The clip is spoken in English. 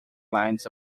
lines